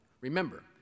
remember